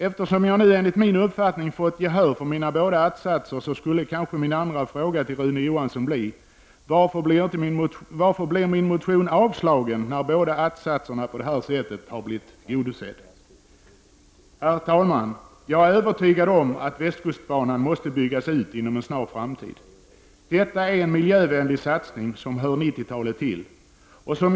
Eftersom jag nu enligt min uppfattning fått gehör för mina båda att-satser skulle min andra fråga till Rune Johansson kanske bli: Varför avstyrks min motion när önskemålen i båda art-satserna på det här sättet blivit tillgodosedda? Herr talman! Jag är övertygad om att västkustbanan måste byggas ut inom en snar framtid. Det är en miljövänlig satsning som hör 1990-talet till.